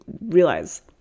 realize